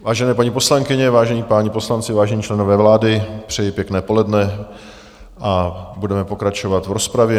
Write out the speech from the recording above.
Vážené paní poslankyně, vážení páni poslanci, vážení členové vlády, přeji pěkné poledne a budeme pokračovat v rozpravě.